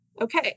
Okay